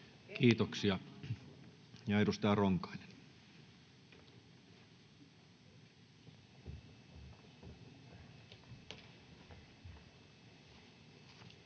Kiitos. Edustaja Ronkainen. Arvoisa